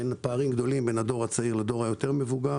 פערים גדולים בין הדור הצעיר לדור המבוגר יותר,